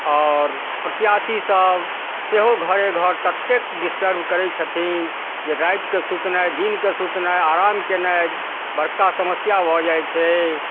आओर प्रत्याशी सब सेहो घरे घर ततेक डिस्टर्ब करै छथिन जे रातिकऽ सुतनाय दिनकऽ सुतनाय आराम केनाइ बड़का समस्या भऽ जाइ छै